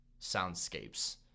soundscapes